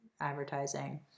advertising